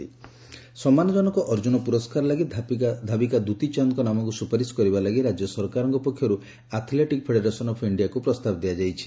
ଦ୍ ତୀ ଚାନ୍ଦ ସମ୍ମାନ ଜନକ ଅର୍ଜୁନ ପୁରସ୍କାର ଲାଗି ଧାବିକା ଦୂତୀ ଚାନ୍ଦଙ୍କ ନାମକୁ ସ୍ରପାରିଶ କରିବା ଲାଗି ରାଜ୍ୟ ସରକାରଙ୍କ ପକ୍ଷର୍ ଆଥଲେଟିକ୍ ଫେଡେରେସନ୍ ଅଫ୍ ଇଣ୍ଣିଆକୁ ପ୍ରସ୍ତାବ ଦିଆଯାଇଛି